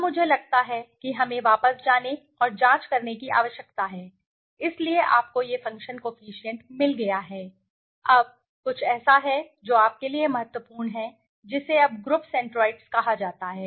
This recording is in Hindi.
अब मुझे लगता है कि हमें वापस जाने और जाँच करने की आवश्यकता है इसलिए आपको यह फ़ंक्शन कोफिशिएंट मिल गया है अब कुछ ऐसा है जो आपके लिए महत्वपूर्ण है जिसे अब ग्रुप सेंट्रोइड्स कहा जाता है